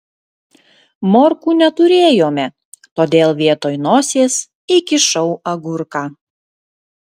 morkų neturėjome todėl vietoj nosies įkišau agurką